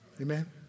Amen